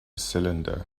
cylinder